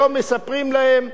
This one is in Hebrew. שלא מספרים להם.